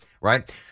Right